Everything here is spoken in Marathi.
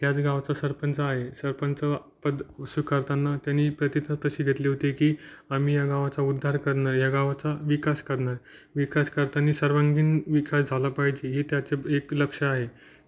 ह्याच गावाचा सरपंच आहे सरपंचपद स्वीकारताना त्यांनी प्रतिता तशी घेतली होती की आम्ही या गावाचा उद्धार करणार या गावाचा विकास करणार विकास करताना सर्वांगीण विकास झाला पाहिजे हे त्याचे एक लक्ष्य आहे